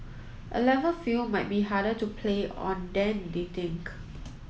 a level field might be harder to play on than they think